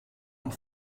und